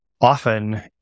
often